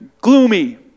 gloomy